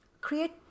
create